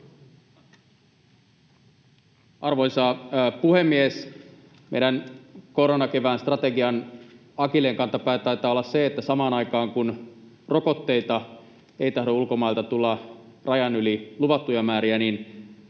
Arvoisa puhemies! Meidän koronakevään strategiamme akilleenkantapää taitaa olla se, että samaan aikaan kun rokotteita ei tahdo tulla ulkomailta rajan yli luvattuja määriä, näitä